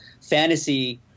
fantasy